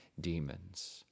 demons